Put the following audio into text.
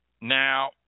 Now